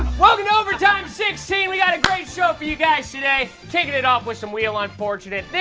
welcome to overtime sixteen. we got a great show for you guys today. kicking it off with some wheel unfortunate,